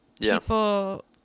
people